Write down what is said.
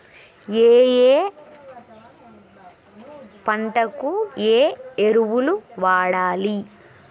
ఏయే పంటకు ఏ ఎరువులు వాడాలి?